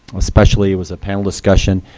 especially. it was a panel discussion.